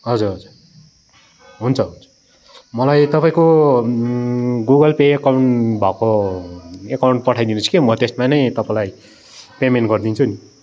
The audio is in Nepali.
हजुर हजुर हुन्छ हुन्छ मलाई तपाईँको गुगल पे एकाउन्ट भएको एकाउन्ट पठाइदिनुहोस् कि म त्यसमा नै तपाईँलाई पेमेन्ट गरिदिन्छु नि